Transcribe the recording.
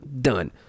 done